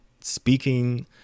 speaking